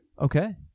Okay